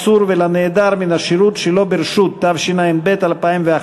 (מסלול הנוער החלוצי הלוחם), התשס"ט 2009, נתקבלה.